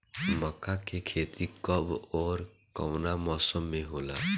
मका के खेती कब ओर कवना मौसम में होला?